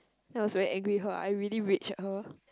then I was very angry with her I really rage at her